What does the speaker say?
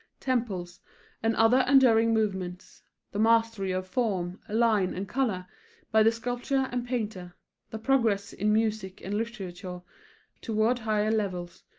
temples and other enduring movements the mastery of form, line, and color by the sculptor and painter the progress in music and literature toward higher levels,